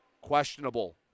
questionable